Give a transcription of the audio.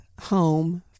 home